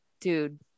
dude